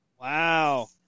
Wow